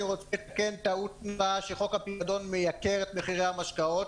אני רוצה לתקן טעות נפוצה שחוק הפיקדון מייקר את מחירי המשקאות.